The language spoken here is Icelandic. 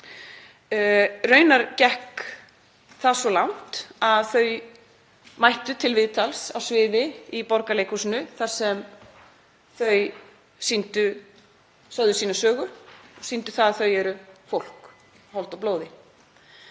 Raunar gekk það svo langt að þau mættu til viðtals á sviði í Borgarleikhúsinu þar sem þau sögðu sína sögu, sýndu að þau væru fólk af holdi og blóði.